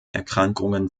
erkrankungen